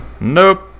Nope